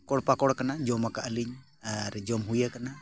ᱯᱷᱚᱞ ᱯᱟᱠᱚᱲ ᱠᱟᱱᱟ ᱡᱚᱢ ᱟᱠᱟᱫ ᱟᱹᱞᱤᱧ ᱟᱨ ᱡᱚᱢ ᱦᱩᱭ ᱟᱠᱟᱱᱟ